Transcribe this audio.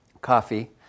coffee